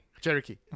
Cherokee